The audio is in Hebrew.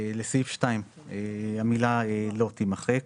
לסעיף 2, המילה "לא" תימחק.